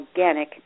organic